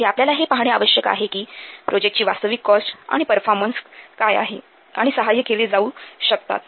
येथे आपल्याला हे पाहणे आवश्यक आहे कि प्रोजेक्टची वास्तविक कॉस्ट आणि परफॉर्मन्स काय आहे आणि सहाय्य केले जाऊ शकतात